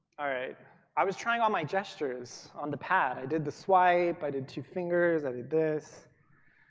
ah right i was trying on my gestures on the pad. i did the swipe. i did two fingers, i did this.